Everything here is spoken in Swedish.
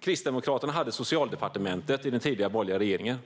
Kristdemokraterna hade Socialdepartementet i den tidigare borgerliga regeringen.